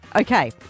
Okay